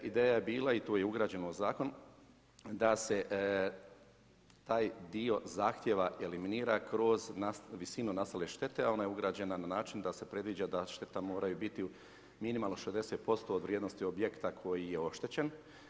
Ideja je bila i tu je ugrađeno u zakon, da se taj dio zahtjeva eliminira, kroz visinu nastale štete, a ona je ugrađena na način, da se predviđa da štete moraju biti minimalno 60% od vrijednosti objekta koji je oštećen.